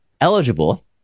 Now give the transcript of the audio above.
eligible